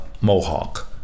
mohawk